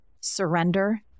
surrender